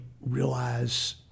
realize